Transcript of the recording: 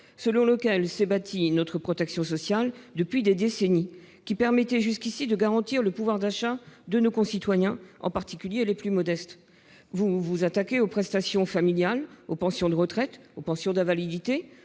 selon lequel s'est bâtie notre protection sociale depuis des décennies. Il a permis jusqu'à maintenant de garantir le pouvoir d'achat de nos concitoyens, en particulier des plus modestes d'entre eux. Vous vous attaquez aux prestations familiales, aux pensions de retraite, aux pensions d'invalidité,